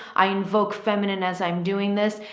i invoke feminine as i'm doing this.